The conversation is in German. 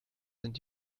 sind